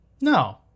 No